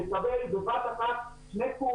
יקבל בבת אחת שני קורסים.